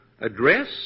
Address